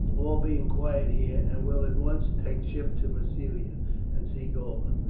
all being quiet here, and will at once take ship to massilia and see galba.